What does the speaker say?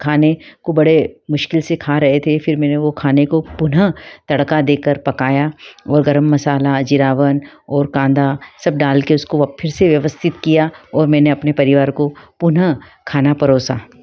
खाने को बड़े मुश्किल से खा रहे थे फिर मैंने वो खाने को पुनः तड़का देकर पकाया और गर्म मसाला जीरावन और कांदा सब डाल कर उसको अब फिर से व्यवस्थित किया और मैंने अपने परिवार को पुनः खाना परोसा